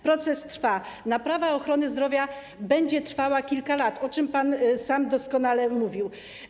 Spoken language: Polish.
Proces trwa, naprawa ochrony zdrowia będzie trwała kilka lat, o czym pan sam wyraźnie mówił.